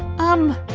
um,